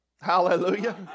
Hallelujah